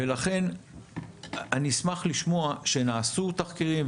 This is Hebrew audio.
לכן אני אשמח לשמוע שנעשו תחקירים,